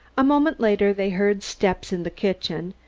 a moment later they heard steps in the kitchen,